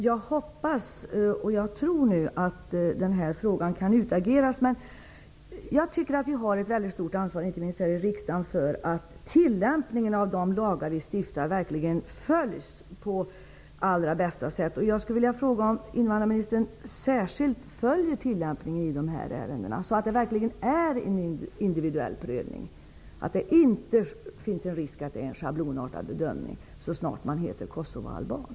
Jag hoppas, och jag tror nu, att den här frågan nu kan utageras, men jag tycker att vi har ett väldigt stort anvar, inte minst här i riksdagen, för att se till att tillämpningen av de lagar som vi stiftar verkligen följs på allra bästa sätt. Jag skulle vilja fråga om invandrarministern särskilt följer tillämpningen i asylärendena, så att det verkligen görs en individuell prövning och att det inte finns risk för en schablonartad bedömning så snart det handlar om en kosovoalban.